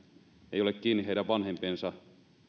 ei ole kiinni heidän vanhempiensa